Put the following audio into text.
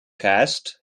cast